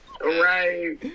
Right